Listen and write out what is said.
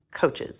coaches